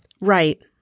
Right